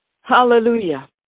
Hallelujah